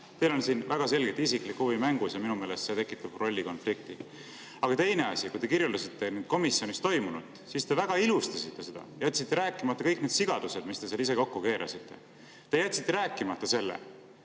Teil on siin väga selgelt isiklik huvi mängus ja minu meelest see tekitab rollikonflikti. Aga teine asi: kui te kirjeldasite komisjonis toimunut, siis te väga ilustasite seda, jätsite rääkimata kõik need sigadused, mis te seal ise kokku keerasite. Te jätsite rääkimata,